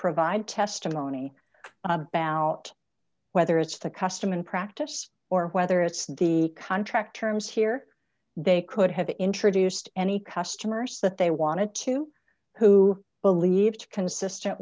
provide testimony about whether it's the custom and practice or whether it's the contract terms here they could have introduced any customers that they wanted to who believed consistent